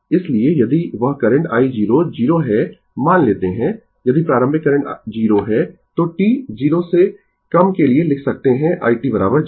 इसलिए यदि वह करंट i0 0 है मान लेते है यदि प्रारंभिक करंट 0 है तो t 0 से कम के लिए लिख सकते है i t 0